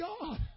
God